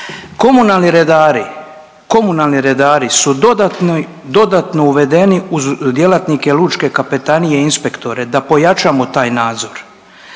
komunalni redari su dodatno uvedeni uz djelatnike lučke kapetanije i inspektore da pojačamo taj nadzor,